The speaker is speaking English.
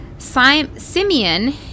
simeon